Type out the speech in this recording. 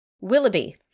Willoughby